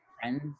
friends